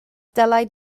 dylai